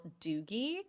Doogie